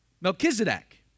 Melchizedek